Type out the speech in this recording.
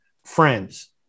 Friends